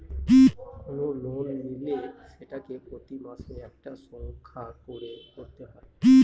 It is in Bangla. কোনো লোন নিলে সেটা প্রতি মাসে একটা সংখ্যা করে ভরতে হয়